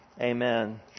Amen